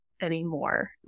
anymore